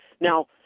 Now